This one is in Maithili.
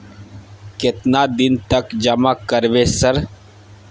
केतना दिन तक जमा करबै सर?